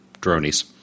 dronies